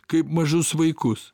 kaip mažus vaikus